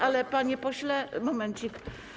Ale panie pośle, momencik.